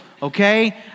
Okay